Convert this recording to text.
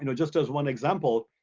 you know just as one example,